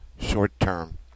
short-term